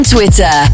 Twitter